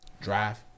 Drive